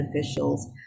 officials